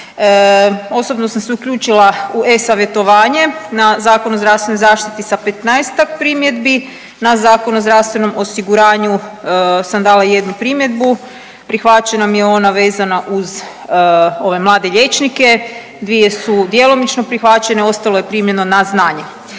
Osobno sam se uključila u e-savjetovanje na Zakon o zdravstvenoj zaštiti sa 15-tak primjedbi, na Zakon o zdravstvenom osiguranju sam dala jednu primjedbu, prihvaćena mi je ona vezana uz ove mlade liječnike, dvije su djelomično prihvaćene, a ostalo je primljeno na znanje,